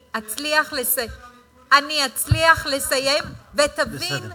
אז אי-אפשר לבוא ולהגיד בטענה אחת שפעם בעשר שנים,